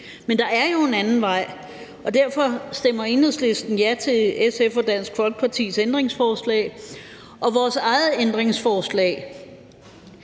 Men der er jo en anden vej, og derfor stemmer Enhedslisten ja til SF's og Dansk Folkepartis ændringsforslag, og vores eget ændringsforslag